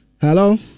Hello